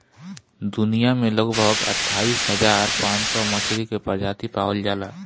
दुनिया में लगभग अट्ठाईस हज़ार पाँच सौ मछरी के प्रजाति पावल जाला